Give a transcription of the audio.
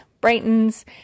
brightens